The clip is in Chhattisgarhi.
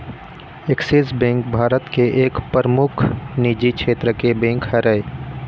ऐक्सिस बेंक भारत के एक परमुख निजी छेत्र के बेंक हरय